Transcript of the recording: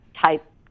type